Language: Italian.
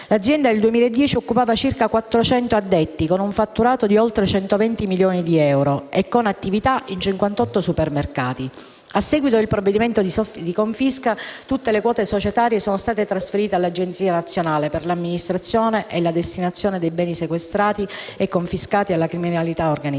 L'azienda nel 2010 occupava circa 400 addetti, con un fatturato di oltre 120 milioni di euro e con attività in 58 supermercati. A seguito del provvedimento di confisca, tutte le quote societarie sono state trasferite all'Agenzia nazionale per l'amministrazione e la destinazione dei beni sequestrati e confiscati alla criminalità organizzata.